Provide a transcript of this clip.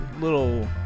little